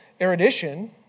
erudition